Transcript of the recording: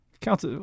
counts